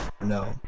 No